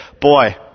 boy